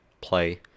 play